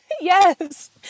yes